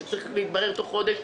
שזה צריך להתברר תוך חודש.